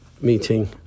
meeting